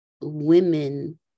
women